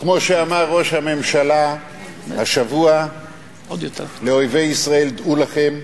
כמו שאמר ראש הממשלה השבוע לאויבי ישראל: דעו לכם,